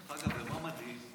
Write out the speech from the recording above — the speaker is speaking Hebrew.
דרך אגב, מה מדהים?